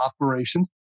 operations